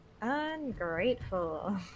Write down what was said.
Ungrateful